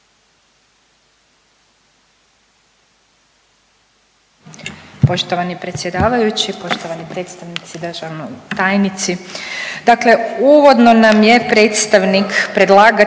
Poštovani predsjedavajući, poštovani predstavnici, državni tajnici. Dakle, uvodno nam je predstavnik predlagatelja